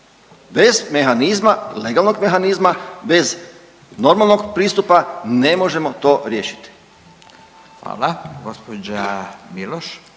Bez mehanizma, legalnog mehanizma, bez normalnog pristupa ne možemo to riješiti. **Radin, Furio